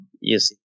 Yes